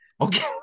okay